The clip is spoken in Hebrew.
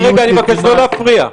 אני מבקש לא להפריע,